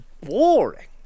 boring